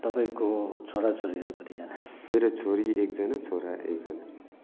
तपाईँको छोरा छोरीहरू कतिजना मेरो छोरी एकजना छोरा एकजना